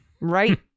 Right